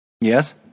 Yes